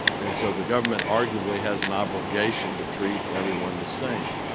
and so the government, arguably, has an obligation to treat everyone the same.